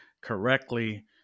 correctly